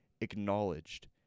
acknowledged